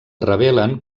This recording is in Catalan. revelen